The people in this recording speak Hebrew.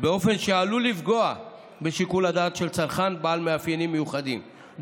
באופן שעלול לפגוע בשיקול הדעת של צרכן בעל מאפיינים מיוחדים,